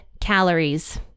calories